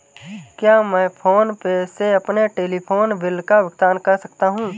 क्या मैं PhonePe से अपने टेलीफोन बिल का भुगतान कर सकता हूँ?